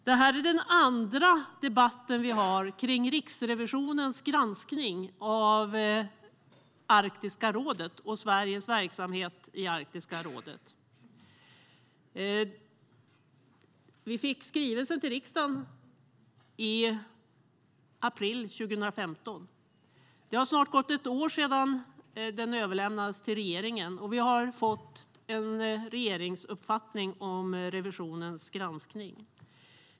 Det är den andra debatten vi har kring Riksrevisionens granskning av Arktiska rådet och Sveriges verksamhet i Arktiska rådet. Vi fick rapporten till riksdagen i april 2015. Det har snart gått ett år sedan den överlämnades till regeringen. Och vi har fått en regeringsuppfattning om Riksrevisionens granskning.